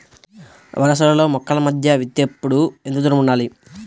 వరసలలో మొక్కల మధ్య విత్తేప్పుడు ఎంతదూరం ఉండాలి?